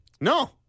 No